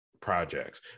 projects